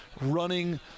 running